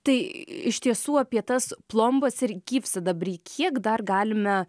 tai iš tiesų apie tas plombas ir gyvsidabrį kiek dar galime